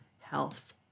health